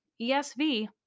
ESV